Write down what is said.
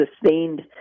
sustained